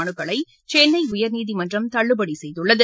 மனுக்களை சென்னை உயர்நீதிமன்றம் தள்ளுபடி செய்துள்ளது